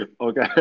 Okay